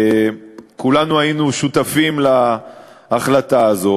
כולנו היינו שותפים להחלטה הזו.